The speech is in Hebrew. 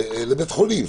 לבית חולים.